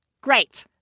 great